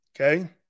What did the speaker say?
okay